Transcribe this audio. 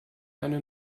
eine